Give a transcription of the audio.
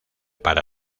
para